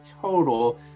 total